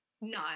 No